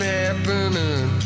happening